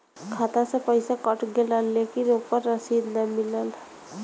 खाता से पइसा कट गेलऽ लेकिन ओकर रशिद न मिलल?